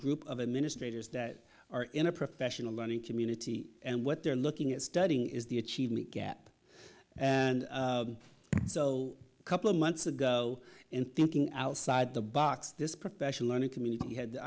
group of administrators that are in a professional learning community and what they're looking at studying is the achievement gap and so a couple of months ago and thinking outside the box this